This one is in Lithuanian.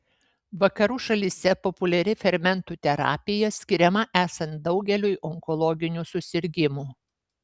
vakarų šalyse populiari fermentų terapija skiriama esant daugeliui onkologinių susirgimų